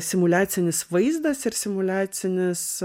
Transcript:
simuliacinis vaizdas ir simuliacinis